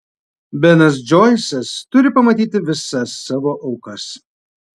benas džoisas turi pamatyti visas savo aukas